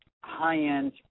high-end